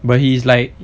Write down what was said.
but he is like